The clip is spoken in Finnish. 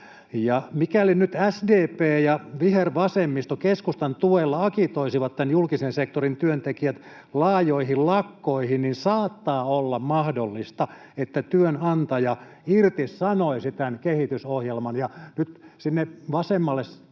Mikäli nyt SDP ja vihervasemmisto keskustan tuella agitoisivat nämä julkisen sektorin työntekijät laajoihin lakkoihin, niin saattaa olla mahdollista, että työnantaja irtisanoisi tämän kehitysohjelman. Nyt sinne vasemmalle